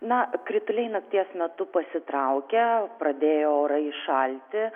na krituliai nakties metu pasitraukę pradėjo orai šalti